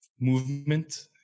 movement